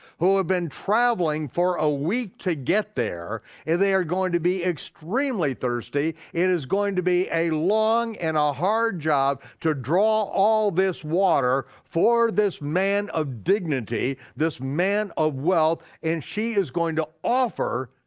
who have been traveling for a week to get there and they are going to be extremely thirsty, it is going to be a long, and a hard job, to draw all this water for this man of dignity, this man of wealth, and she is going to offer